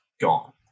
Gone